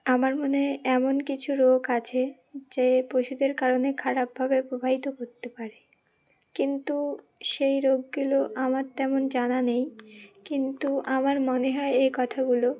আমার মনে হয় এমন কিছু রোগ আছে যে পশুদের কারণে খারাপভাবে প্রভাবিত করতে পারে কিন্তু সেই রোগগুলো আমার তেমন জানা নেই কিন্তু আমার মনে হয় এই কথাগুলো